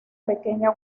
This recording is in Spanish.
pequeña